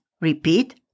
Repeat